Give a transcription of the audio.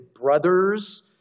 brothers